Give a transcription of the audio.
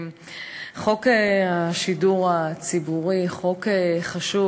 חוק השידור הציבורי הוא חוק חשוב.